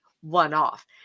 one-off